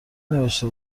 نوشته